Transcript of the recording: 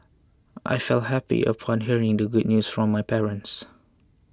I felt happy upon hearing the good news from my parents